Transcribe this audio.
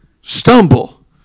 stumble